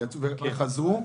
וחזרו?